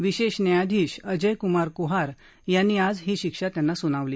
विशेष न्यायाधीश अजय कुमार कुहार यांनी आज ही शिक्षा सुनावली